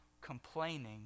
complaining